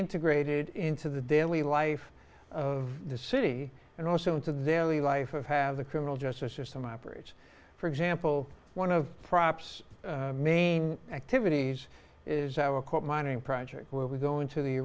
integrated into the daily life of the city and also into their early life of have the criminal justice system operates for example one of the props main activities is our quote mining project where we go into the